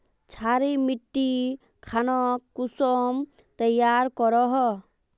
क्षारी मिट्टी खानोक कुंसम तैयार करोहो?